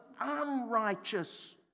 unrighteous